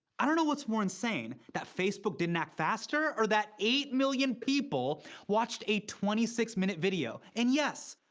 i don't know what's more insane, that facebook didn't act faster, or that eight million people watched a twenty six minute video. and yes,